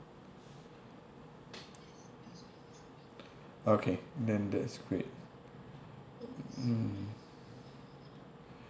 okay then that's great mm